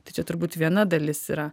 tai čia turbūt viena dalis yra